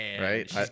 Right